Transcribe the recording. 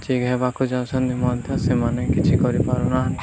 ଠିକ୍ ହେବାକୁ ଚାହୁଁଛନ୍ତି ମଧ୍ୟ ସେମାନେ କିଛି କରିପାରୁ ନାହାଁନ୍ତି